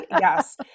yes